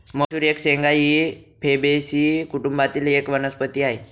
मसूर एक शेंगा ही फेबेसी कुटुंबातील एक वनस्पती आहे